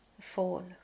fall